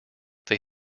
they